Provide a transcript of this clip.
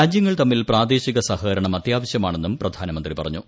രാജ്യങ്ങൾ തമ്മിൽ പ്രാദേശിക സഹകരണം അത്യാവശ്യമാണെന്നും പ്രധാനമന്ത്രി പറഞ്ഞു